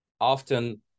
often